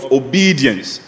obedience